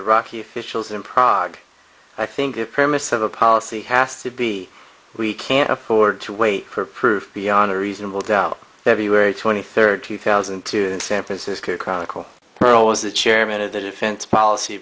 iraqi officials in prague i think the premise of a policy has to be we can't afford to wait for proof beyond a reasonable doubt everywhere twenty third two thousand and two in san francisco chronicle pearl was the chairman of the defense policy